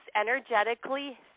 energetically